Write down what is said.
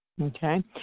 Okay